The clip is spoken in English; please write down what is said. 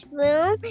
room